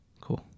Cool